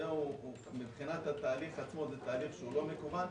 אז מבחינת התהליך עצמו, זה תהליך שהוא לא מקוון.